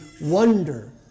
wonder